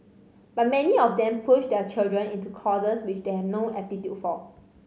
but many of them push their children into courses which they have no aptitude for